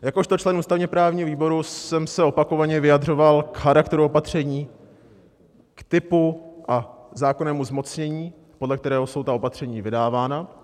Jakožto člen ústavněprávního výboru jsem se opakovaně vyjadřoval k charakteru opatření, typu a zákonnému zmocnění, podle kterého jsou opatření vydávána.